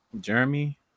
Jeremy